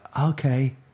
okay